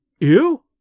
You